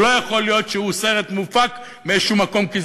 זה לא יכול להיות סרט שמופק ממקום כלשהו,